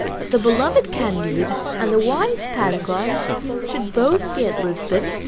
that the beloved candide and the wise pangloss should both be at lisbon,